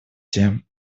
тем